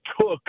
took